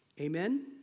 Amen